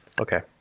okay